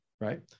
right